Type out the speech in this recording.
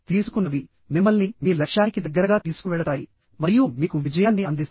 తీసుకున్నవి మిమ్మల్ని మీ లక్ష్యానికి దగ్గరగా తీసుకువెళతాయి మరియు మీకు విజయాన్ని అందిస్తాయి